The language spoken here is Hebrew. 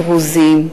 דרוזים,